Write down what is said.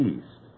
East